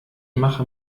mache